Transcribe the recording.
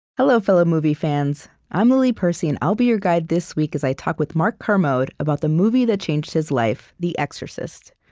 hello, fellow movie fans. i'm lily percy, and i'll be your guide this week as i talk with mark kermode about the movie that changed his life, the exorcist.